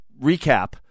recap